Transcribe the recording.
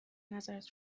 نظرت